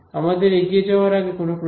আমাদের এগিয়ে যাওয়ার আগে কোনও প্রশ্ন